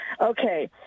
Okay